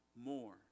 more